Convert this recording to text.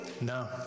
No